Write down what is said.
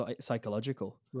psychological